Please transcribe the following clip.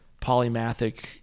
polymathic